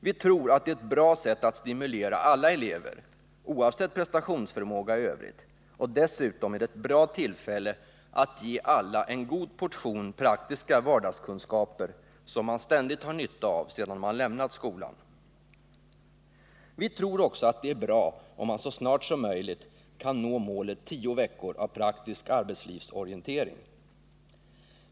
Vi tror att det är ett bra sätt att stimulera alla elever, oavsett prestationsförmåga i övrigt, och dessutom är det ett bra tillfälle att ge alla en god portion praktiska vardagskunskaper, som man ständigt har nytta av sedan man lämnat skolan. Vi tror också att det är bra om man så snart som möjligt kan nå målet tio veckor av praktisk arbetslivsorientering.